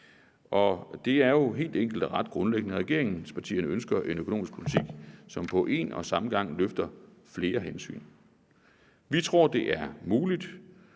og det er jo helt enkelt og ret grundlæggende: Regeringspartierne ønsker en økonomisk politik, som på en og samme gang omfatter flere hensyn. Vi tror, det er muligt,